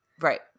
Right